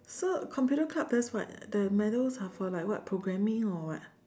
so computer club does what the manuals are for like what programming or what